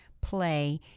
play